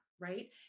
right